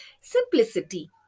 simplicity